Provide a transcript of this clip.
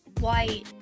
white